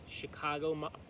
Chicago